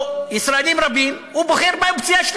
לא, סינית, סינית.